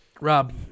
Rob